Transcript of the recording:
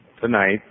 tonight